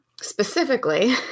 specifically